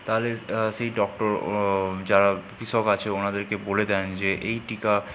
তাহলে সেই ডক্টর যারা কৃষক আছে ওনাদেরকে বলে দেন যে এই টিকা